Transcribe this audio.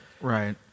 Right